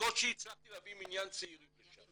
בקושי הצלחתי להביא מניין צעירים לשם.